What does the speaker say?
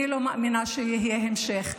אני לא מאמינה שיהיה המשך.